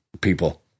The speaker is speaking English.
people